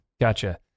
gotcha